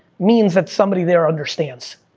means that somebody there understands.